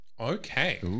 Okay